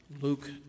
Luke